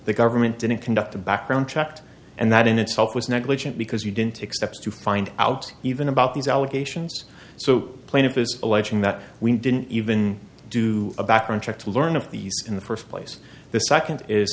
the government didn't conduct the background checked and that in itself was negligent because you didn't expect to find out even about these allegations so plaintiff is alleging that we didn't even do a background check to learn of these in the first place the second is